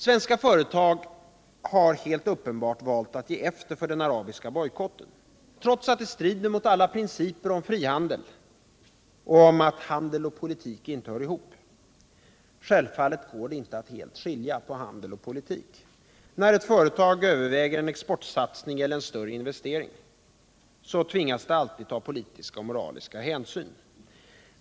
Svenska företag har helt uppenbart valt att ge efter för den arabiska bojkotten — trots att det strider mot alla principer om frihandel och om att, som det brukar heta, handel och politik inte hör ihop. Självfallet går det inte att skilja handel och politik. När ett företag överväger en exportsatsning eller en större investering tvingas det alltid ta politiska och moraliska hänsyn.